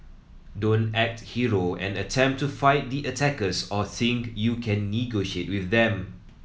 don't act hero and attempt to fight the attackers or think you can negotiate with them